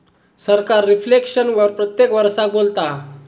सरकार रिफ्लेक्शन वर प्रत्येक वरसाक बोलता